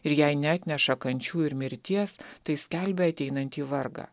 ir jei neatneša kančių ir mirties tai skelbia ateinantį vargą